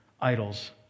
idols